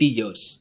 years